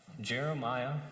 Jeremiah